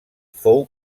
fou